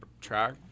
Track